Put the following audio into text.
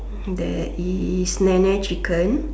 there is NeNe chicken